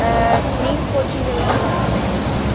NEET coaching எல்லாம் நல்லாயிருக்கும்னு நினைக்கிறோங்க மேம்